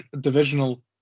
divisional